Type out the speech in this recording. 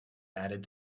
added